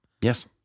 Yes